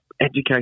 education